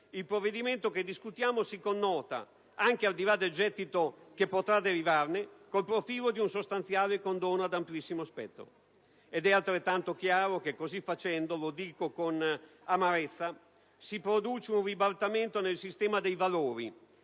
il provvedimento che discutiamo si connota, anche al di là dell'entità del gettito che potrà derivarne, col profilo di un sostanziale condono ad amplissimo spettro. Ed è altrettanto chiaro che, così facendo (lo dico con amarezza), si produce un ribaltamento nel sistema dei valori,